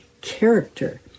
character